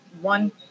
one